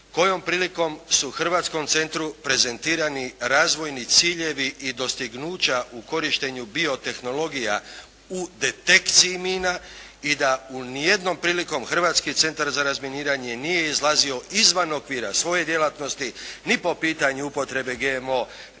kojom prilikom su hrvatskom centru prezentirani razvojni ciljevi i dostignuća u korištenju biotehnologija u detekcija mina i da u nijednom prilikom Hrvatski centar za razminiranje nije izlazio izvan okvira svoje djelatnosti ni po pitanju upotrebe GMO